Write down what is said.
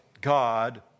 God